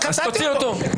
אז תוציא אותו.